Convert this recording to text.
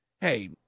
hey